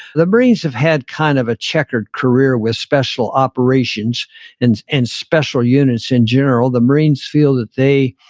the marines have had kind of a checkered career with special operations and and special units in general. the marines feel that they,